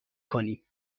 کنیم